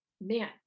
man